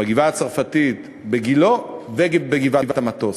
בגבעה-הצרפתית, בגילה ובגבעת-המטוס,